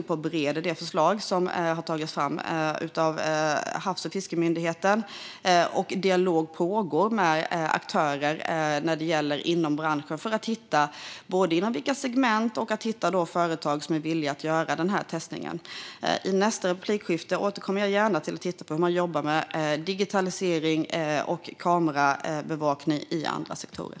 Vi bereder just nu det förslag som Havs och vattenmyndigheten har tagit fram. Dialog pågår med aktörer inom branschen för att hitta inom vilka segment det ska ske och för att hitta företag som är villiga att testa. I nästa inlägg återkommer jag gärna till hur man jobbar med digitalisering och kameraövervakning i andra sektorer.